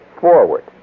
forward